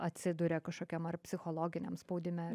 atsiduria kažkokiam ar psichologiniam spaudime ar